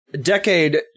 Decade